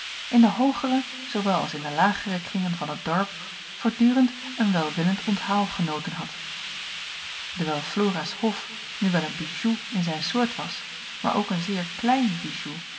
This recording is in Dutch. in de hoogere zoowel als in de lagere kringen van het dorp voortdurend een welwillend onthaal genoten had ewijl loraas of nu wel een bijou in zijn soort was maar ook een zeer klein